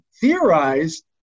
theorized